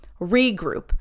regroup